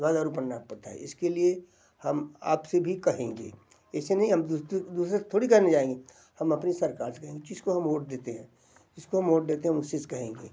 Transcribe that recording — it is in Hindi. दवा दारू करना पड़ता है इसके लिए हम आपसे भी कहेंगे ऐसे नहीं हम दूसरे से थोड़ी कहने जाएंगे हम अपनी सरकार से कहेंगे जिसको हम ओट देते हैं जिसको हम ओट देते हैं हम उसी से कहेंगे